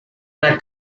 una